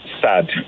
sad